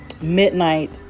Midnight